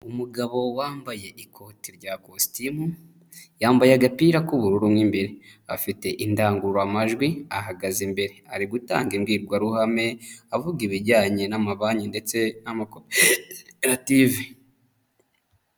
Umugabo wambaye ikoti rya kositimu yambaye agapira k'ubururu n'imbere afite indangururamajwi, ahagaze imbere ari gutanga imbwirwaruhame avuga ibijyanye n'amabanki ndetse n'amakopeperative.